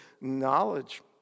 knowledge